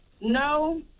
No